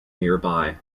nearby